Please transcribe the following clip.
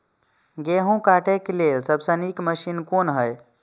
गेहूँ काटय के लेल सबसे नीक मशीन कोन हय?